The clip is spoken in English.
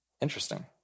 Interesting